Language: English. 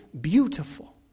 beautiful